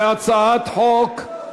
לגבי,